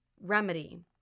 Remedy